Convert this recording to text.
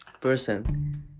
person